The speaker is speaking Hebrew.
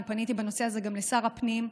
אני פניתי בנושא הזה גם לשר הפנים,